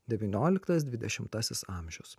dvynioliktas dvidešimtasis amžius